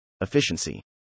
Efficiency